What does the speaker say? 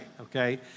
okay